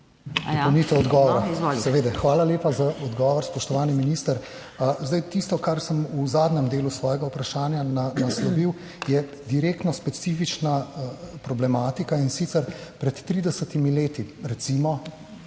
JAKOPOVIČ (PS Levica): Hvala lepa za odgovor, spoštovani minister. Tisto, kar sem v zadnjem delu svojega vprašanja naslovil, je direktno specifična problematika. In sicer, pred 30 leti, recimo,